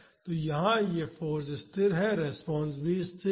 तो यहाँ फाॅर्स स्थिर है और रिस्पांस भी स्थिर है